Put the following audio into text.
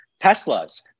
Teslas